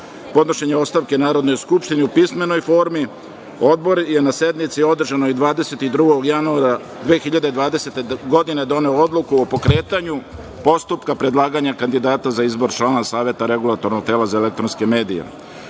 podnošenja ostavke Narodnoj skupštini u pismenoj formi, odbor je na sednici, održanoj 22. januara 2020. godine, doneo odluku o pokretanju postupka predlaganja kandidata za izbor članova Saveta regulatornog tela za elektronske medije. Odbor